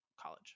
college